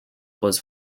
was